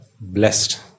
blessed